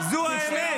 זהו.